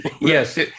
Yes